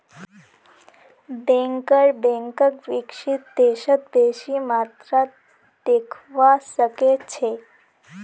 banker बैंकक विकसित देशत बेसी मात्रात देखवा सके छै